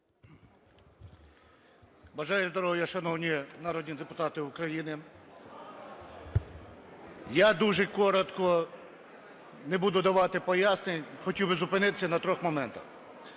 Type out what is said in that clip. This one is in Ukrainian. Бажаю здоров'я, шановні народні депутати України! Я дуже коротко. Не буду давати пояснень, хотів би зупинитися на трьох моментах.